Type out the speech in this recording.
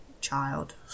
child